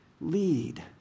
lead